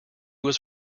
was